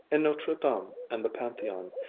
in notre dame and the pantheon.